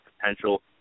potential